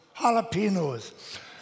jalapenos